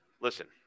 listen